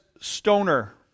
stoner